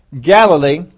Galilee